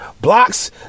blocks